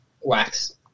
Wax